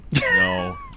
no